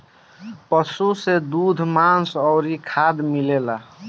पशु से दूध, मांस अउरी खाद मिलेला